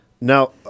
Now